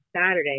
Saturday